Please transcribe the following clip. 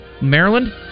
Maryland